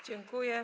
Dziękuję.